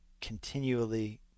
continually